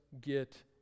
get